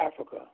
Africa